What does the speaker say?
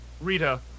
Rita